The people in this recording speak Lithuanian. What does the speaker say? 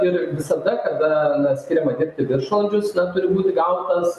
ir visada kada na skiriama dirbti viršvalandžius na turi būti gautas